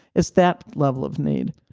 it's that level of need.